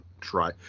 try